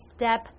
step